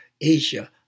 Asia